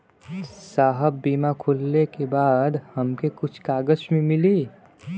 साहब बीमा खुलले के बाद हमके कुछ कागज भी मिली?